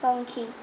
પંખી